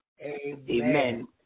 Amen